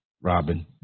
Robin